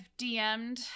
DM'd